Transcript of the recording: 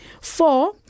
Four